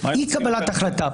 אי-קבלת החלטה,